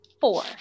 four